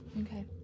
Okay